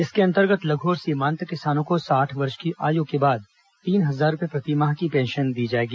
इसके अंतर्गत लघ् और सीमांत किसानों को साठ वर्ष की आयु के बाद तीन हजार रुपये प्रति माह की पेंशन दी जाएगी